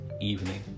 evening